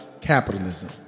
capitalism